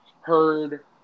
heard